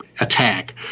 attack